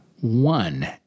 one